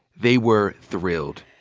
they were thrilled.